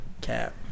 cap